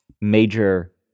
major